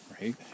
right